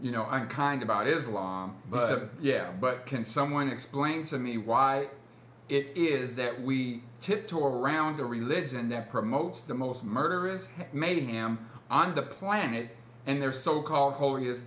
you know i'm kind about islam but i said yeah but can someone explain to me why it is that we tiptoe around a religion that promotes the most murderous made ham on the planet and their so called holiest